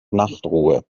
nachtruhe